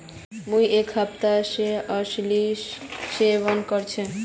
मुई एक हफ्ता स अलसीर सेवन कर छि